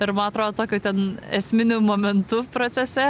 ir ma atro tokiu ten esminiu momentu procese